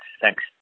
thanks